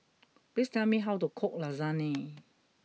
please tell me how to cook Lasagne